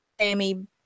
Sammy